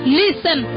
listen